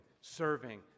serving